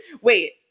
Wait